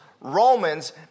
Romans